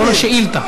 לא, רק לא שאילתה.